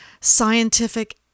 scientific